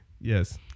yes